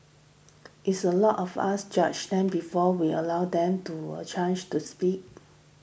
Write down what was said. is a lot of us judge them before we allow them to a chance the speak